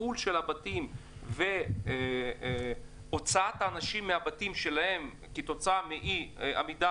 העיקול של הבתים והוצאת האנשים מהבתים שלהם כתוצאה מאי עמידה